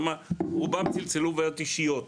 כי רובם צלצלו על בעיות אישיות,